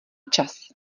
čas